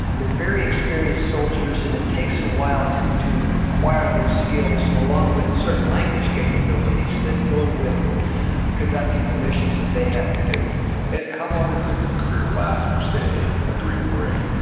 they're very experienced soldiers, and it takes a while to to acquire those skills along with certain language capabilities that go with conducting the missions that they have to do it how long does like a career last for say a green beret?